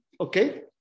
Okay